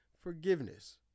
forgiveness